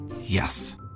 Yes